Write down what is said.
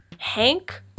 hank